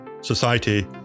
society